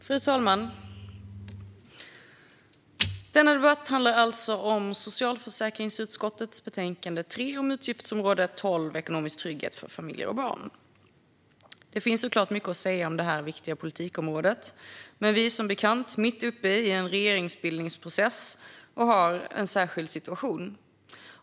Fru talman! Denna debatt handlar om socialförsäkringsutskottet betänkande 3 om utgiftsområde 12 Ekonomisk trygghet för familjer och barn. Det finns såklart mycket att säga om detta viktiga politikområde, men vi är som bekant mitt uppe i en regeringsbildningsprocess och har en särskild situation.